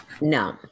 No